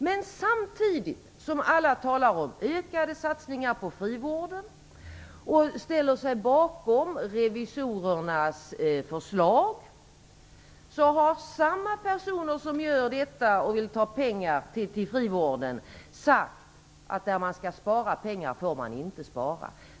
Men samtidigt som alla talar om ökade satsningar på frivården och ställer sig bakom revisorernas förslag har samma personer sagt att där det skall sparas pengar får man inte spara.